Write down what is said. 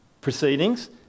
proceedings